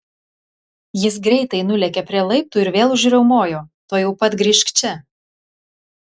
jis greitai nulėkė prie laiptų ir vėl užriaumojo tuojau pat grįžk čia